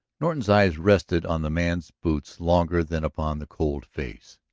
norton's eyes rested on the man's boots longer than upon the cold face.